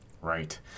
Right